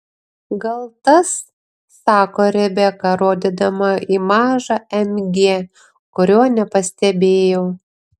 gal tas sako rebeka rodydama į mažą mg kurio nepastebėjau